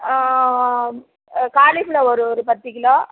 cauliflower ஒரு பத்துக் kilo